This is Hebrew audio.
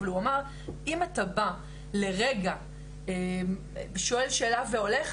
אבל הוא אמר "אם אתה בא לרגע שואל שאלה והולך,